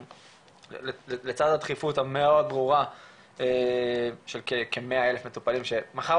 לצד הדחיפות המאוד ברורה של כ-100,000 מטופלים שמחר